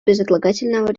безотлагательного